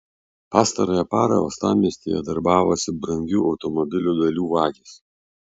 pastarąją parą uostamiestyje darbavosi brangių automobilių dalių vagys